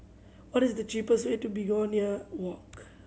what is the cheapest way to Begonia Walk